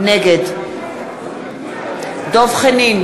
נגד דב חנין,